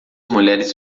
mulheres